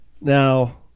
Now